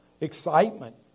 excitement